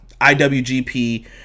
IWGP